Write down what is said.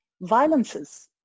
violences